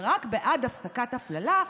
ורק בעד הפסקת הפללה,